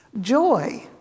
Joy